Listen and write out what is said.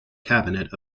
cabinet